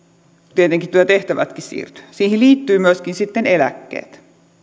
tietenkin työtehtävätkin siirtyvät siihen liittyy myöskin eläkkeet